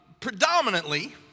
predominantly